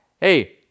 hey